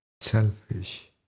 selfish